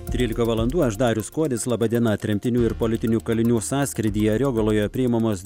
trylika valandų aš darius kuodis laba diena tremtinių ir politinių kalinių sąskrydyje ariogaloje priimamos